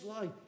life